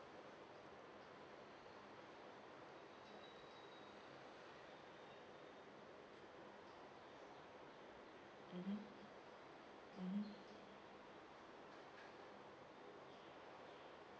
mmhmm mmhmm